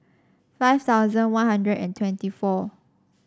five thousand One Hundred and twenty four